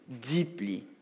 deeply